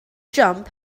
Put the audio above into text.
jump